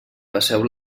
passeu